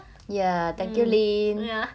ya thank you lyn